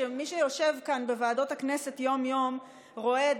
שמי שיושב כאן בוועדות הכנסת יום-יום רואה,